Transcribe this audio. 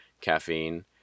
caffeine